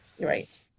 Right